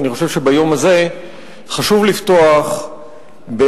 אני חושב שביום הזה חשוב לפתוח בדברי